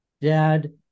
dad